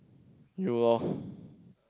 you orh